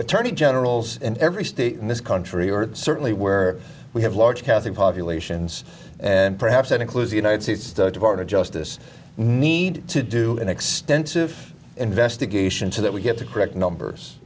attorney generals in every state in this country or certainly where we have large catholic populations and perhaps that includes united states departed justice need to do an extensive investigation so that we get the correct numbers